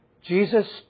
Jesus